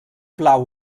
blau